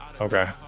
Okay